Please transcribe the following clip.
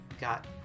got